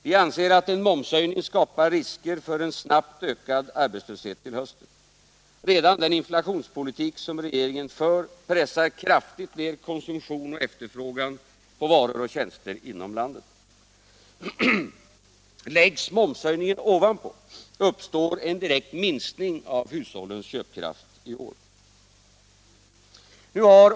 Vi anser att en momshöjning skapar risker för en snabbt ökad arbetslöshet till hösten. Redan den inflationspolitik som regeringen för pressar kraftigt ner konsumtion och efterfrågan på varor och tjänster inom landet. Läggs momshöjningen ovanpå, uppstår en direkt minskning av hushållens köpkraft i år.